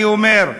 אני אומר,